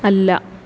അല്ല